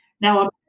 Now